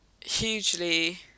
hugely